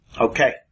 Okay